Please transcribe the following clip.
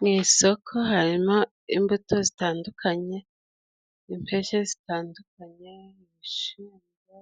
Mu isoko harimo imbuto zitandukanye, impeke zitandukanye ibishyimbo,